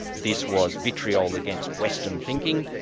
this was vitriol against western thinking,